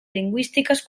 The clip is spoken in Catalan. lingüístiques